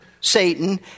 Satan